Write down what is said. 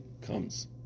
comes